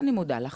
אני מודה לך.